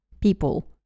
people